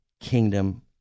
kingdom